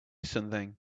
something